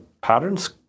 Patterns